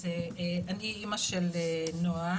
אז אני אמא של נועה,